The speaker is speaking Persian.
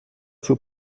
چوب